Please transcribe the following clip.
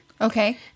Okay